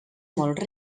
molt